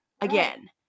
again